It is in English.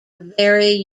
very